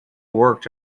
worked